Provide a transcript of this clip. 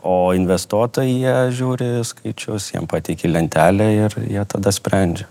o investuotojai jie žiūri skaičius jiem pateiki lentelę ir jie tada sprendžia